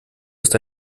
ist